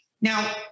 now